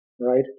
right